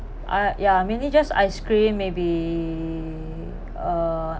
uh ya mainly just ice cream maybe uh